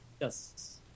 Yes